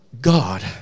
God